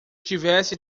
tivesse